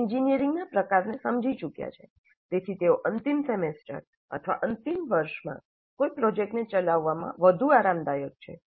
એન્જિનિયરિંગના પ્રકારને સમજી ચૂક્યા છે તેથી તેઓ અંતિમ સેમેસ્ટર અથવા અંતિમ વર્ષમાં કોઈ પ્રોજેક્ટ ચલાવવામાં વધુ આરામદાયક છે